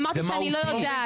אמרתי שאני לא יודעת.